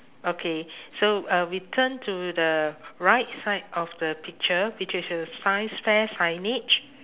okay so uh we turn to the right side of the picture which is a science fair signage